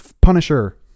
Punisher